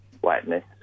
whiteness